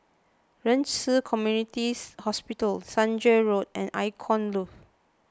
Ren Ci Community Hospital Senja Road and Icon Loft